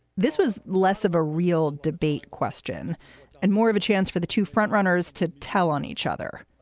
this was less of a real debate question and more of a chance for the two front runners to tell on each other.